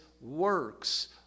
works